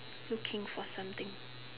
looking for something